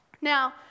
Now